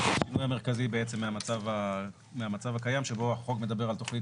השינוי המרכזי בעצם מהמצב הקיים שבו החוק מדבר על תכנית